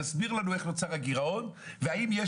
תסביר לנו איך נוצר הגירעון והאם יש